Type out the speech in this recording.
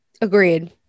Agreed